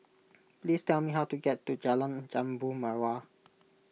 please tell me how to get to Jalan Jambu Mawar